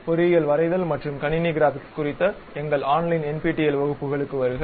பொறியியல் வரைதல் மற்றும் கணினி கிராபிக்ஸ் குறித்த எங்கள் ஆன்லைன் NPTEL வகுப்புகளுக்கு வருக